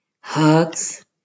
Hugs